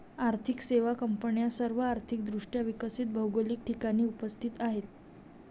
आर्थिक सेवा कंपन्या सर्व आर्थिक दृष्ट्या विकसित भौगोलिक ठिकाणी उपस्थित आहेत